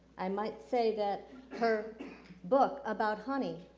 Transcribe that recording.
i might say that her book about honey,